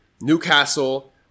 Newcastle